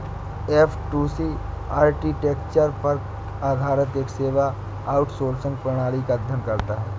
F two C architecture पर आधारित एक सेवा आउटसोर्सिंग प्रणाली का अध्ययन करता है